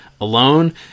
alone